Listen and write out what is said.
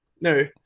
no